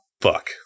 Fuck